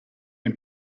and